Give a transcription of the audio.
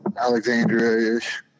Alexandria-ish